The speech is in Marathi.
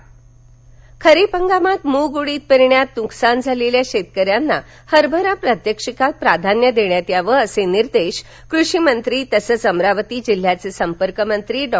कषिमंत्री बोंडे अमरावती खरीप हंगामात मूग उडीद पेरण्यात नुकसान झालेल्या शेतकऱ्यांना हरभरा प्रात्यक्षिकात प्राधान्य देण्यात यावं असे निर्देश कृषिमंत्री तसंच अमरावती जिल्ह्याचे संपर्कमंत्री डॉ